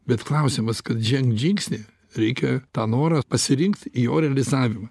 bet klausimas kad žengt žingsnį reikia tą norą pasirinkt jo realizavimą